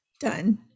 Done